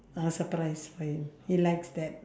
I'll surprise for him he likes that